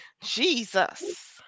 Jesus